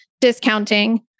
discounting